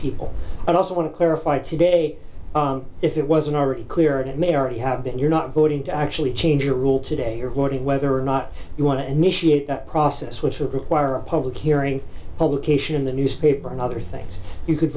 people i'd also want to clarify today if it wasn't already clear and it may already have been you're not voting to actually change a rule today you're voting whether or not you want to initiate that process which is require a public hearing publication in the newspaper and other things you could